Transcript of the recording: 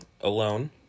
alone